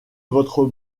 votre